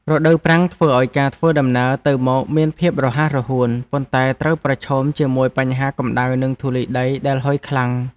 រដូវប្រាំងធ្វើឱ្យការធ្វើដំណើរទៅមកមានភាពរហ័សរហួនប៉ុន្តែត្រូវប្រឈមជាមួយបញ្ហាកម្តៅនិងធូលីដីដែលហុយខ្លាំង។